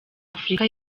afurika